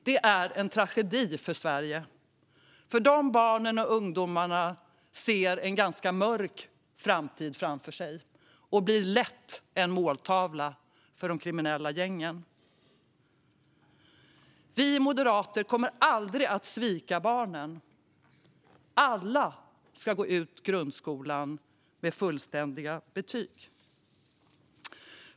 Det är en tragedi för Sverige, för de barnen och ungdomarna ser en ganska mörk framtid framför sig och blir lätt en måltavla för de kriminella gängen. Vi moderater kommer aldrig att svika barnen. Alla ska gå ut grundskolan med fullständiga betyg.